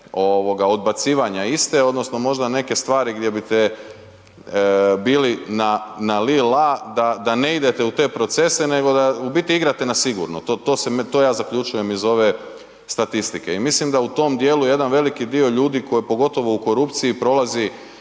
odbacivanja iste odnosno možda neke stvari gdje bite bili na, na li la da, da ne idete u te procese nego da, u biti igrate na sigurno, to, to se, to ja zaključujem iz ove statistike i mislim da u tom dijelu jedan veliki dio ljudi koji, pogotovo u korupciji, prolazi